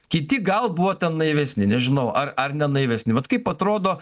kiti gal buvo ten naivesni nežinau ar ar ne naivesni vat kaip atrodo